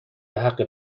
بحق